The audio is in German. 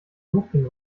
lupin